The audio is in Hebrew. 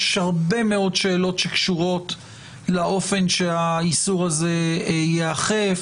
יש הרבה מאוד שאלות שקשורות לאופן שהאיסור הזה ייאכף,